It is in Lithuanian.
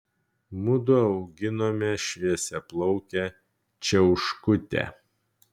mudu auginome šviesiaplaukę čiauškutę